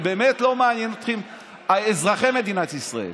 ובאמת לא מעניינים אתכם אזרחי מדינת ישראל.